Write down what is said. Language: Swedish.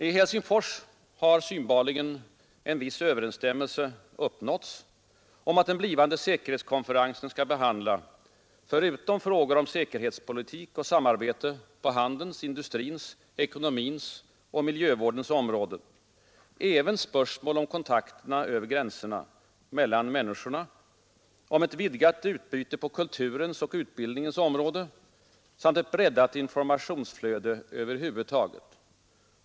I Helsingfors har synbarligen en viss överensstämmelse uppnåtts om att den blivande säkerhetskonferensen skall behandla — förutom frågor om säkerhetspolitik och samarbete på handelns, industrins, ekonomins och miljövårdens områden — även spörsmål om kontakterna över gränserna mellan människorna, ett vidgat utbyte på kulturens och utbildningens område samt ett breddat informationsflöde över huvud taget.